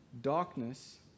darkness